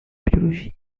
biologie